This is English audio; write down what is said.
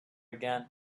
again